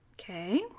Okay